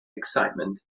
excitement